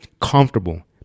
comfortable